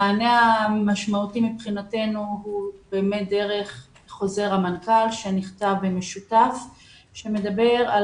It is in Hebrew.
המענה המשמעותי הוא דרך חוזר מנכ"ל שנכתב במשותף המדבר על